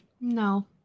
No